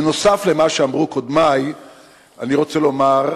נוסף על מה שאמרו קודמי אני רוצה לומר,